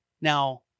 Now